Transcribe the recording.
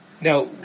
Now